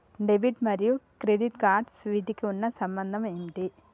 Debit మరియు credit cards వీటికి ఉన్న సంబంధం ఏంటి?